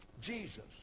Jesus